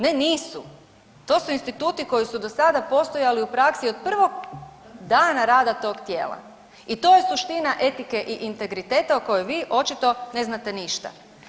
Ne nisu, to su instituti koji su do sada postojali u praksi od prvog dana rada tog tijela i to je suština etike i integriteta o kojoj vi očito ne znate ništa.